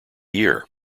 year